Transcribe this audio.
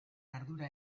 ardura